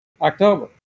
october